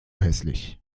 hässlich